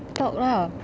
talk lah